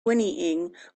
whinnying